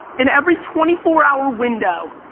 in every twenty four hour window,